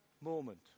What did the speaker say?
moment